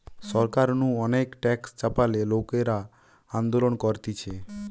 সরকার নু অনেক ট্যাক্স চাপালে লোকরা আন্দোলন করতিছে